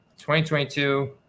2022